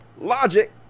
Logic